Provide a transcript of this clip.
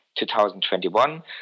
2021